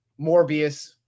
Morbius